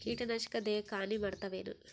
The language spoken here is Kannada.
ಕೀಟನಾಶಕ ದೇಹಕ್ಕ ಹಾನಿ ಮಾಡತವೇನು?